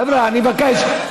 חבר'ה, אני מבקש.